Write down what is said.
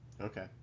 Okay